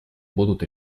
будут